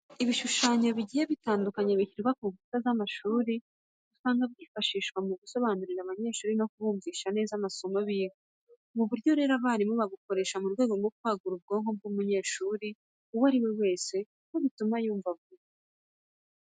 Ibishushanyo bigiye bitandukanye bishyirwa ku nkuta z'amashuri, usanga byifashishwa mu gusobanurira abanyeshuri no kubumvisha neza amasomo biga. Ubu buryo rero abarimu babukoresha mu rwego rwo kwagura ubwonko bw'umunyeshuri uwo ari we wese, kuko bituma yumva vuba.